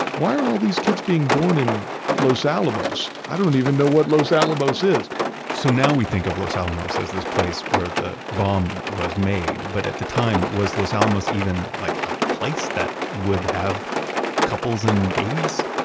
why are all these kids being born in los alamos? i don't even know what los alamos is so now we think of los alamos as this place where the bomb was made, but at the time was los alamos even like a place that would have couples and babies?